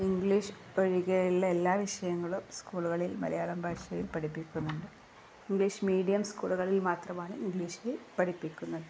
English ഒഴികെയുള്ള എല്ലാ വിഷയങ്ങളും സ്കൂളുകളിൽ മലയാളം ഭാഷയിൽ പഠിപ്പിക്കുന്നുണ്ട് ഇംഗ്ലീഷ് മീഡിയം സ്കൂളുകളിൽ മാത്രമാണ് ഇംഗ്ലീഷിൽ പഠിപ്പിക്കുന്നത്